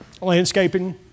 landscaping